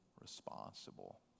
responsible